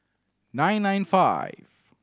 nine nine five